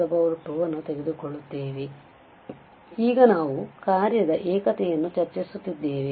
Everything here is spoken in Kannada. ಆದ್ದರಿಂದ ನಾವು ಈಗ ಈ ಕಾರ್ಯದ ಏಕತೆಯನ್ನು ಚರ್ಚಿಸುತ್ತಿದ್ದೇವೆ